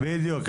בדיוק.